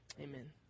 Amen